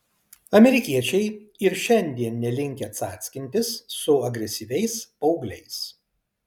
amerikiečiai ir šiandien nelinkę cackintis su agresyviais paaugliais